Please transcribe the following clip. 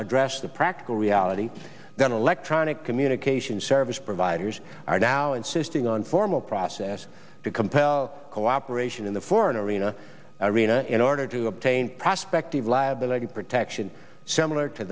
address the practical reality then electronic communication service providers are now insisting on formal process to compel cooperation in the foreign arena arena in order to obtain prospective liability protection similar to